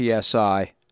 PSI